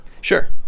Sure